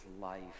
life